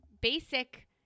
basic